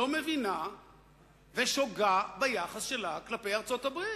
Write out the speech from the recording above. לא מבינה ושוגה ביחס שלה כלפי ארצות-הברית.